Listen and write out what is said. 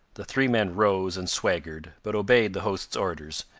the three men rose and swaggered, but obeyed the host's orders,